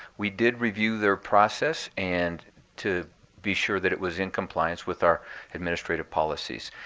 we did review their process and to be sure that it was in compliance with our administrative policies.